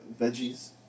veggies